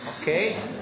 Okay